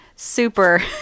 super